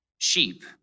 Sheep